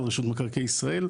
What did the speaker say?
כמו רשות מקרקעי ישראל.